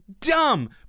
dumb